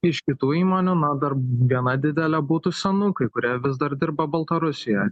iš kitų įmonių na dar gana didelė būtų senukai kurie vis dar dirba baltarusijoj